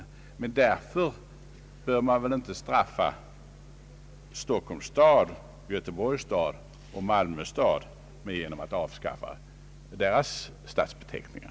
Fördenskull bör man väl inte straffa Stockholms stad, Göteborgs stad och Malmö stad genom att avskaffa deras stadsbeteckningar.